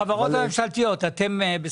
החברות הממשלתיות, אתם בסדר?